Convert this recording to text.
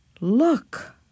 Look